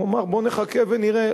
הוא אמר: בואו נחכה ונראה,